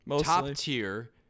top-tier